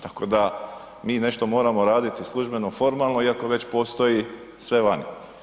Tako da mi nešto moramo raditi službeno, formalno iako već postoji sve vani.